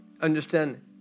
understand